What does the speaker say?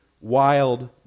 wild